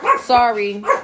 sorry